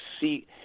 see